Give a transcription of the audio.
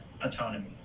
autonomy